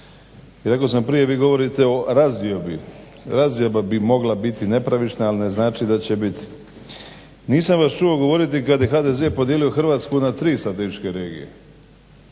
I rekao sam prije, vi govorite o razdiobi. Razdioba bi mogla biti nepravična, ali ne znači da će biti. Nisam vas čuo, govorite kad je HDZ podijelio Hrvatsku na tri statističke regije,